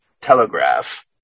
telegraph